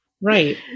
Right